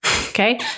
Okay